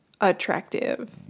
attractive